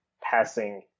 passing